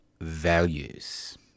values